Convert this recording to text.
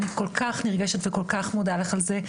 אני כל כך נרגשת וכל כך מודה לך על זה,